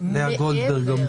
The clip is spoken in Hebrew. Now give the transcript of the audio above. בסדר.